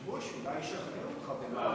חשבו שאולי ישכנעו אותך במהלך הלילה.